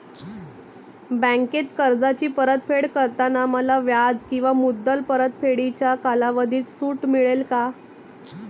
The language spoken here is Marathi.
बँकेत कर्जाची परतफेड करताना मला व्याज किंवा मुद्दल परतफेडीच्या कालावधीत सूट मिळेल का?